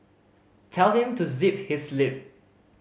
tell him to zip his lip